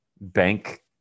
bank